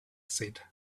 said